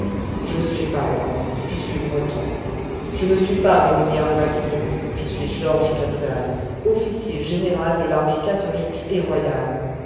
je ne suis pas normand je suis breton je ne suis pas morinière le maquignon je suis georges cadoudal officier général de l'armée catholique et royale